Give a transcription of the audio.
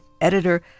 editor